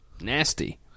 Nasty